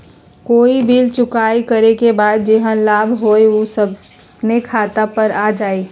कोई बिल चुकाई करे के बाद जेहन लाभ होल उ अपने खाता पर आ जाई?